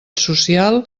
social